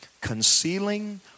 Concealing